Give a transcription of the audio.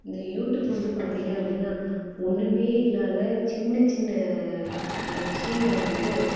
இந்த யூட்யூப் வந்து பார்த்திங்க அப்படின்னா ஒன்றுமே இல்லாத சின்ன சின்ன விஷயங்கள வந்து